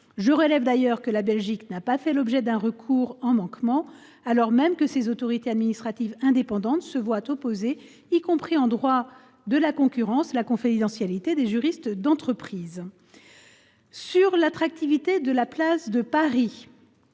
Je relève d’ailleurs que la Belgique n’a fait l’objet d’aucun recours en manquement, alors même que ses autorités administratives indépendantes se voient opposer, y compris en droit de la concurrence, la confidentialité des consultations des juristes d’entreprise. Un mot, maintenant, sur l’attractivité de la place de Paris